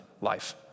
life